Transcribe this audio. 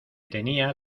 tenía